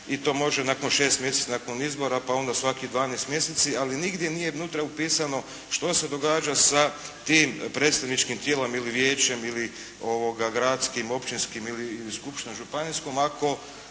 i to može nakon 6 mjeseci nakon izbora pa onda svakih 12 mjeseci, ali nigdje nije unutra upisano što se događa sa tim predstavničkim tijelom ili vijećem ili gradskim, općinskim ili skupština županijskom. Ako